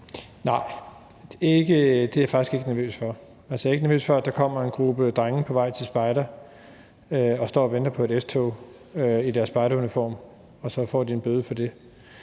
Nej, det er jeg faktisk ikke nervøs for. Jeg er ikke nervøs for, at en gruppe drenge, der på vej til spejder står og venter på et S-tog i deres spejderuniform, får en bøde for det.